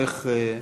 או איך?